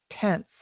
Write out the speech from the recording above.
tense